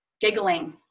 giggling